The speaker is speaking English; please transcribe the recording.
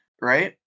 right